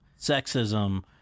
sexism